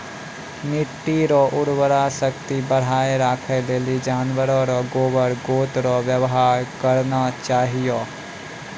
मिट्टी रो उर्वरा शक्ति बढ़ाएं राखै लेली जानवर रो गोबर गोत रो वेवहार करना चाहियो